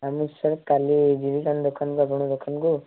ଆମେ ସାର୍ କାଲି ଯିବୁ ଆପଣଙ୍କ ଦୋକାନକୁ ଆଉ